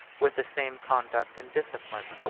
with the same conduct and discipline,